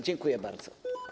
Dziękuję bardzo.